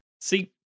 See